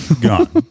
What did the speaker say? gone